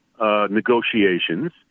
negotiations